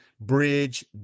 bridge